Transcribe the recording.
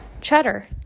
Cheddar